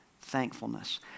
thankfulness